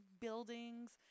buildings